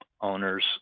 owners